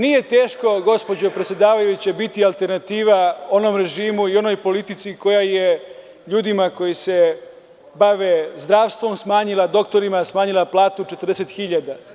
Nije teško, gospođo predsedavajuća biti alternativa onom režimu i onoj politici koja je ljudima koji se bave zdravstvom, doktorima smanjila platu 40 hiljada.